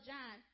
John